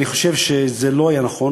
אני חושב שזה לא היה נכון,